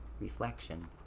reflection